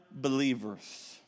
believers